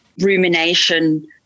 rumination